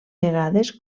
vegades